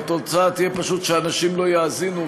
התוצאה תהיה פשוט שאנשים לא יאזינו,